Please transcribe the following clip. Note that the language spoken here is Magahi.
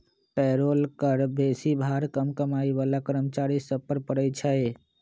पेरोल कर बेशी भार कम कमाइ बला कर्मचारि सभ पर पड़इ छै